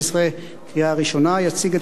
יציג את הצעת החוק שר האוצר,